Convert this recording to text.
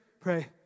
pray